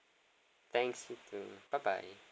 thanks you too bye bye